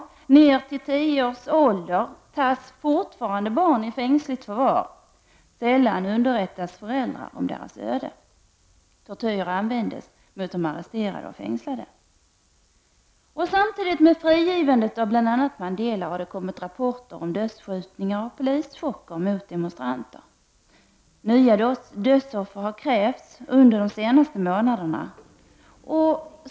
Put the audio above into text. Barn, ner till tio års ålder, tas fortfarande i fängsligt förvar. Föräldrarna underrättas sällan om deras öde. Tortyr används mot de arresterade och fängslade. Samtidigt med frigivandet av bl.a. Mandela har det kommit rapporter om dödsskjutningar och polischocker mot demonstranter. Nya dödsoffer har krävts under de senaste månaderna.